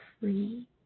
free